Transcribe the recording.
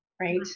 right